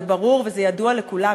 זה ברור וזה ידוע לכולם.